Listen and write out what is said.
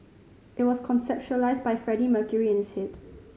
it was conceptualised by Freddie Mercury in his head